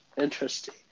interesting